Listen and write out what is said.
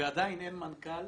ועדיין אין מנכ"ל,